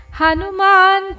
Hanuman